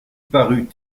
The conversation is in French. parut